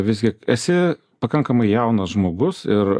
visgi esi pakankamai jaunas žmogus ir